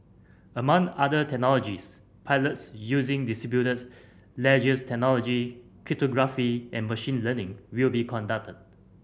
among other technologies pilots using ledgers technology cryptography and machine learning will be conducted